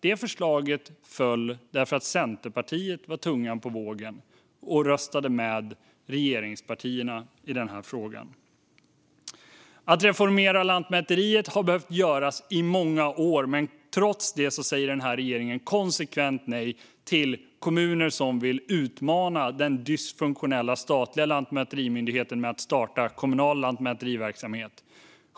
Det förslaget föll, eftersom Centerpartiet var tungan på vågen och röstade med regeringspartierna i frågan. Att reformera Lantmäteriet har behövt göras i många år, men trots det säger regeringen konsekvent nej till kommuner som vill utmana den dysfunktionella statliga lantmäterimyndigheten genom att starta kommunal lantmäteriverksamhet.